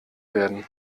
werden